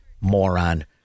Moron